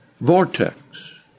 Vortex